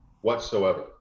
whatsoever